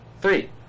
Three